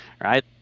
Right